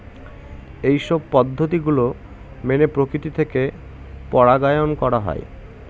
এইসব পদ্ধতি গুলো মেনে প্রকৃতি থেকে পরাগায়ন হয়